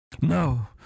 No